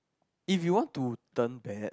if you want to turn bad